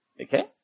okay